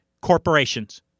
corporations